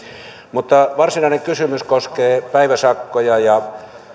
mutta varsinainen kysymys koskee päiväsakkoja ja